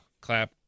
clap